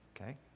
okay